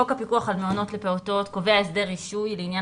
חוק הפיקוח על מעונות לפעוטות קובע הסדר רישוי לעניין